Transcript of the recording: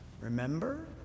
Remember